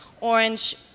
orange